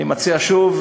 אני מציע, שוב,